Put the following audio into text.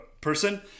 person